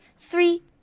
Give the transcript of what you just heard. Three